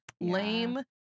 lame